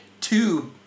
tube